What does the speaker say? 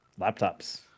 laptops